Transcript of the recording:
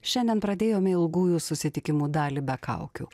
šiandien pradėjome ilgųjų susitikimų dalį be kaukių